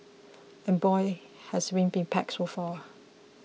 and boy has been be packed so far